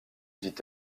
dit